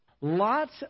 lots